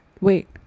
Wait